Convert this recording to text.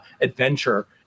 adventure